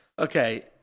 Okay